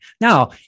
Now